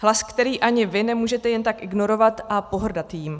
Hlas, který ani vy nemůžete jen tak ignorovat a pohrdat jím.